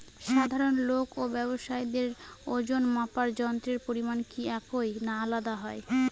সাধারণ লোক ও ব্যাবসায়ীদের ওজনমাপার যন্ত্রের পরিমাপ কি একই না আলাদা হয়?